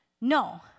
No